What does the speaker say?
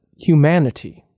humanity